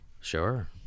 Sure